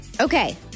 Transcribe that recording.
Okay